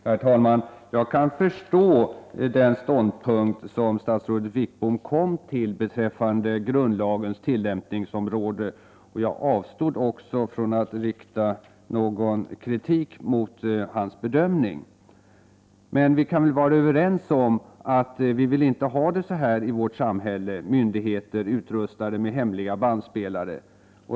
Herr talman! Jag kan förstå den ståndpunkt som statsrådet Wickbom kom till beträffande grundlagens tillämpningsområde, och jag avstod också från att rikta någon kritik mot hans bedömning. Men vi kan väl vara överens om att vi inte vill ha det så här i vårt samhälle — med myndigheter utrustade med hemliga bandspelare.